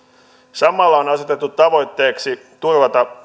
samalla on asetettu tavoitteeksi turvata